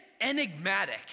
enigmatic